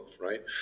right